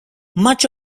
much